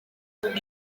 nta